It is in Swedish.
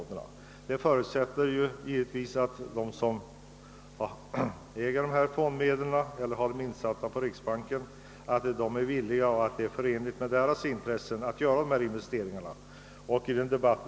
Detta förutsätter givetvis att de som har sådana fondmedel insatta på riksbanken är villiga att göra dessa investeringar och att detta är förenligt med deras intressen.